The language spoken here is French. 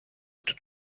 tout